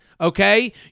okay